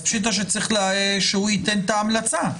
פשיטא שצריך שהוא ייתן את ההמלצה.